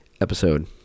episode